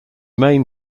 main